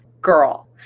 Girl